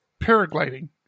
paragliding